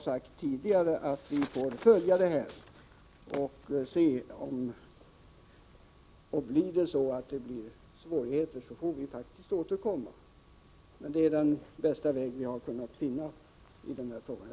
Jag upprepar att vi får följa den här frågan och se hur tillämpningen av reglerna utfaller. Om det blir svårigheter, får vi återkomma.